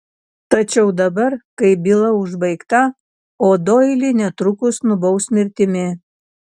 tačiau dabar kai byla užbaigta o doilį netrukus nubaus mirtimi